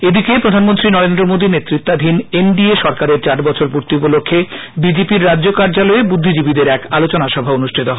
এদিকে প্রধানমন্ত্রী নরেন্দ্র মোদির নেতৃত্বাধীন এন ডি এ সরকারের চার বছর পূর্তি উপলক্ষ্যে বিজেপির রাজ্য কার্যালয়ে বুদ্ধিজীবিদের নিয়ে এক আলোচনা সভা অনুষ্ঠিত হয়